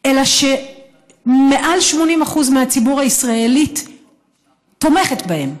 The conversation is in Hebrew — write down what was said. אלא שמעל 80% מהציבור הישראלית תומכת בהם,